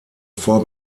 vor